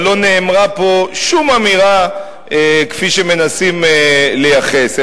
אבל לא נאמרה פה שום אמירה כפי שמנסים לייחס,